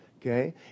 okay